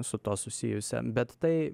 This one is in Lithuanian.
su tuo susijusią bet tai